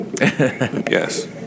Yes